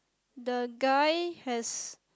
the guy has